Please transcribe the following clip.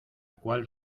cual